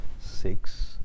six